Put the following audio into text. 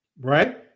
right